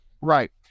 Right